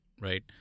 right